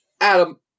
Adam